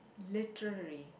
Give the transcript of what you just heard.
literally